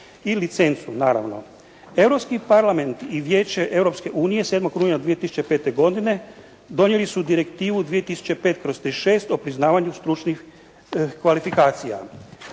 i licencu naravno. Europski parlament i Vijeće Europske unije 7. rujna 2005. godine donijeli su direktivu 2005/36 o priznavanju stručnih kvalifikacija.